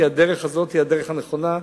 כי הדרך הזאת היא הדרך הנכונה,